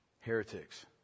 heretics